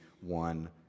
one